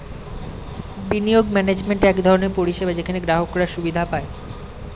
বিনিয়োগ ম্যানেজমেন্ট এক ধরনের পরিষেবা যেখানে গ্রাহকরা সুবিধা পায়